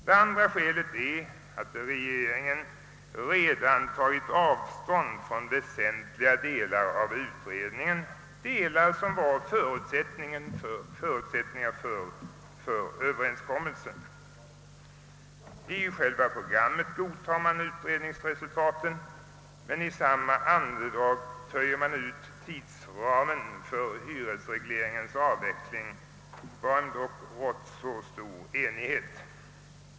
Det andra skälet är att regeringen redan tagit avstånd från väsentliga delar av utredningen, delar som var förutsättningar för överenskommelsen. I själva programmet godtar man utredningsresultatet men i samma andedrag töjer man ut tidsramen för hyresregleringens avveckling, varom rått stor enighet.